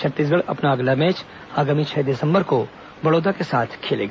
छत्तीसगढ़ अपना अगला मैच आगामी छह दिसंबर से बड़ौदा के साथ खेलेगा